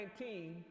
2019